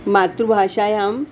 मातृभाषायाम्